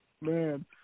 man